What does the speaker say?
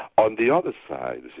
on the other side,